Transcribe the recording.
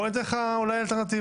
בוא אני אתן לך אולי אלטרנטיבה,